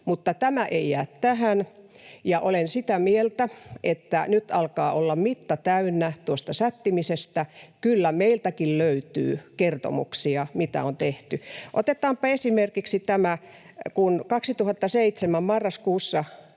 Mutta tämä ei jää tähän, ja olen sitä mieltä, että nyt alkaa olla mitta täynnä tuosta sättimisestä. Kyllä meiltäkin löytyy kertomuksia, mitä on tehty. Otetaanpa esimerkiksi tämä, kun 2007 marraskuussa,